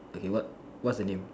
okay what what's the name